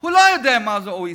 הוא לא יודע מה זה OECD,